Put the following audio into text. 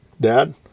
dad